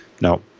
No